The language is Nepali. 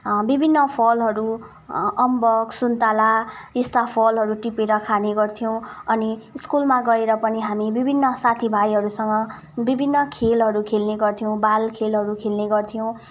विभिन्न फलहरू अम्बक सुन्तला यस्ता फलहरू टिपेर खाने गर्थ्यौँ अनि स्कुलमा गएर पनि हामी विभिन्न साथीभाइहरूसँग विभिन्न खेलहरू खेल्ने गर्थ्यौँ बाल खेलहरू खेल्ने गर्थ्यौँ